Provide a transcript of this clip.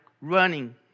running